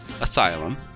Asylum